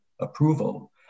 approval